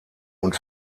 und